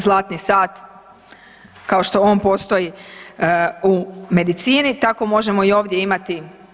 Zlatni sat kao što on postoji u medicini, tako možemo i ovdje imati.